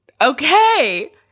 Okay